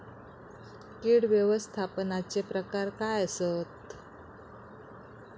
कीड व्यवस्थापनाचे प्रकार काय आसत?